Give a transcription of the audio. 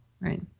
Right